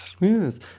Yes